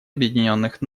объединенных